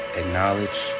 acknowledge